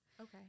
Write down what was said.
Okay